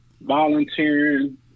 volunteering